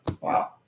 Wow